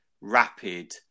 rapid